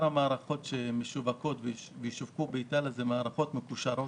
המערכות שמשווקות באיטליה הן מערכות מקושרות,